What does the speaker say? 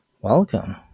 welcome